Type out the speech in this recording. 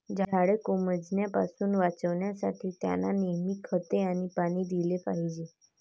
झाडे कोमेजण्यापासून वाचवण्यासाठी, त्यांना नेहमी खते आणि पाणी दिले पाहिजे